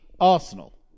arsenal